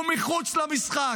הוא מחוץ למשחק,